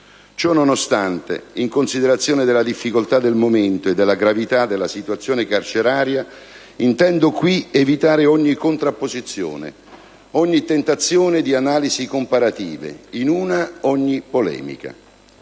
ciò nonostante, in considerazione della difficoltà del momento e della gravità della situazione carceraria, intendo qui evitare ogni contrapposizione, ogni tentazione di analisi comparativa: in una, ogni polemica.